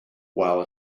while